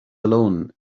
alone